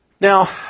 Now